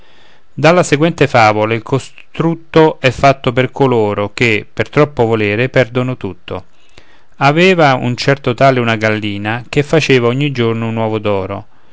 della seguente favola il costrutto è fatto per coloro che per troppo voler perdono tutto aveva un certo tale una gallina che faceva ogni giorno un ovo